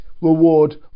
reward